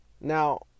Now